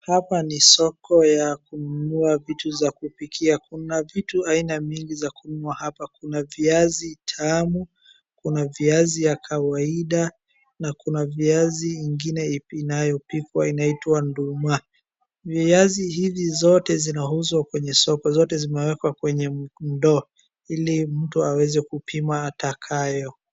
Hapa ni soko ya kununua vitu za kupikia. Kuna vitu aina mingi za kununua hapa. Kuna viazi tamu, kuna viazi ya kawaida na kuna viazi ingine ipi inayopikwa inaitwa ndumaa. Viazi hivi zote zinauzwa kwenye soko. Zote zimewekwa kwenye ndoo ili mtu aweze kupima atakayo.